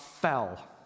fell